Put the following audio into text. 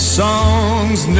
songs